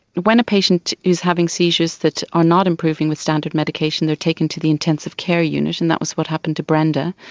when a patient is having seizures that are not improving with standard medication, they are taken to the intensive care unit, and that was what happened to brenda.